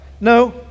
no